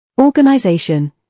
Organization